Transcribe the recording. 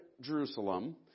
Jerusalem